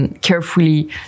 Carefully